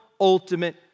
ultimate